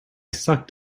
sucked